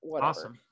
Awesome